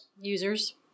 Users